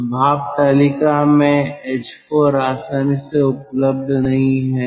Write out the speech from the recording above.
तो भाप तालिका में h4 आसानी से उपलब्ध नहीं है